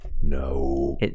No